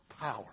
power